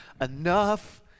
Enough